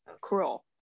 cruel